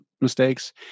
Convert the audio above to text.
mistakes